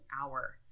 hour